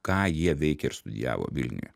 ką jie veikė ir studijavo vilniuje